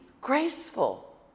graceful